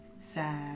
sad